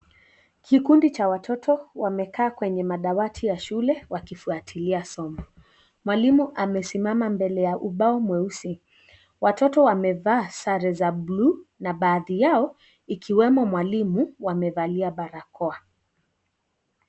Kikundi cha watoto wamekaa kwenye madawati.ya shule .wakifuatilia somo, mwalimu amesimama mbele ya ubao mweusi watoto wamevaa sare za buluu na baadhi yao ikiwemo mwalimu amevalia barakoa.